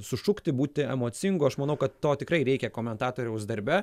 sušukti būti emocingu aš manau kad to tikrai reikia komentatoriaus darbe